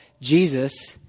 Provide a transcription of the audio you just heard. Jesus